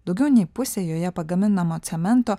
daugiau nei pusė joje pagaminamo cemento